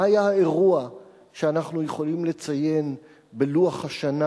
מה היה האירוע שאנחנו יכולים לציין בלוח השנה